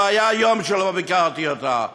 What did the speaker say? לא היה יום שלא ביקרתי אותה.